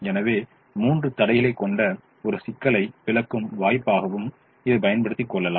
எனவே 3 தடைகளைக் கொண்ட ஒரு சிக்கலை விளக்கும் வாய்ப்பாகவும் இதைப் பயன்படுத்தி கொள்ளலாம்